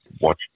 watch